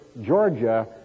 Georgia